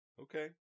Okay